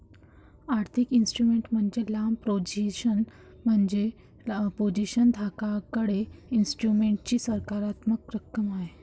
आर्थिक इन्स्ट्रुमेंट मध्ये लांब पोझिशन म्हणजे पोझिशन धारकाकडे इन्स्ट्रुमेंटची सकारात्मक रक्कम आहे